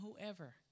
whoever